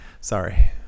sorry